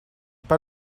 pas